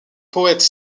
poète